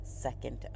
second